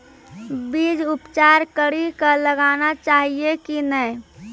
बीज उपचार कड़ी कऽ लगाना चाहिए कि नैय?